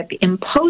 imposed